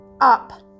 up